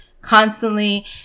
constantly